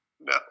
No